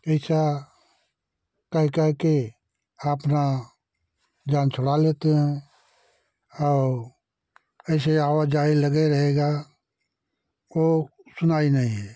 ऐसा कह कह के अपना जान छुड़ा लेते हैं और ऐसे आवा जाही लगे रहेगा को सुनवाई नहीं है